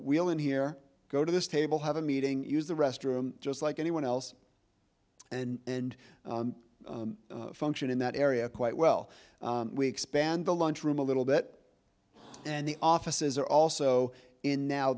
wheel in here go to this table have a meeting use the restroom just like anyone else and function in that area quite well we expand the lunchroom a little bit and the offices are also in now